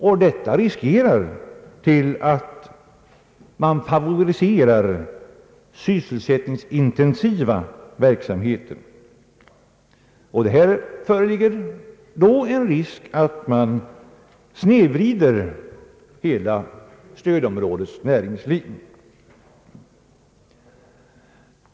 Detta medför risk för att man favoriserar sysselsättningsintensiva verksamheter. Här föreligger fara för att hela stödområdets näringsliv snedvrids.